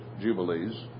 jubilees